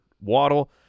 Waddle